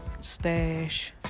Stash